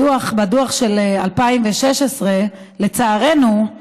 בדוח של 2016, לצערנו,